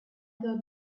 thought